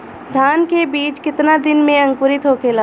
धान के बिज कितना दिन में अंकुरित होखेला?